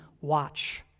watch